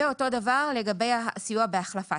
אותו דבר לגבי סיוע בהחלפה.